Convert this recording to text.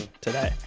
today